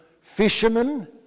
Fishermen